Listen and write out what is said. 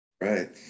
Right